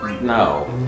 no